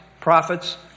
prophets